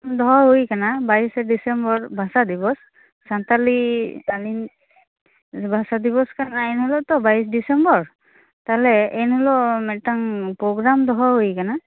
ᱫᱚᱦᱚ ᱦᱩᱭᱟᱠᱟᱱᱟ ᱵᱟᱭᱤᱥᱮ ᱰᱤᱥᱮᱢᱵᱚᱨ ᱵᱷᱟᱥᱟ ᱫᱤᱵᱚᱥ ᱥᱟᱱᱛᱟᱲᱤ ᱟᱞᱤᱝ ᱵᱷᱟᱥᱟ ᱫᱤᱵᱚᱥ ᱠᱟᱱᱟ ᱮᱱᱦᱤᱞᱚᱜ ᱛᱚ ᱵᱟᱭᱤᱥ ᱰᱤᱥᱮᱢᱵᱚᱨ ᱛᱟᱦᱚᱞᱮ ᱮᱱᱦᱤᱞᱚᱜ ᱡᱤᱫᱴᱟᱝ ᱯᱨᱳᱜᱨᱟᱢ ᱫᱚᱦᱚ ᱦᱩᱭ ᱟᱠᱟᱱᱟ